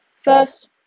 First